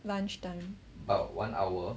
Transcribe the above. lunchtime